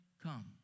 come